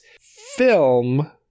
film